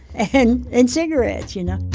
and and cigarettes, you know?